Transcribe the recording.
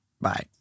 bye